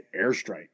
Airstrike